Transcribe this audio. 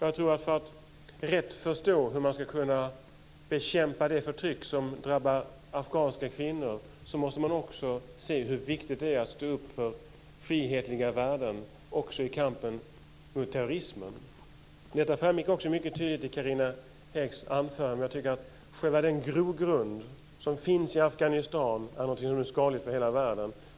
Jag tror att man för att rätt förstå hur man ska kunna bekämpa det förtryck som drabbar afghanska kvinnor måste se hur viktigt det är att stå upp för frihetliga värden också i kampen mot terrorismen. Detta framgick mycket tydligt i Carina Häggs anförande, men jag tycker att själva den grogrund som finns i Afghanistan är någonting som är skadligt för hela världen.